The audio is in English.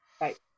right